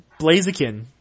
Blaziken